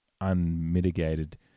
unmitigated